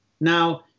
Now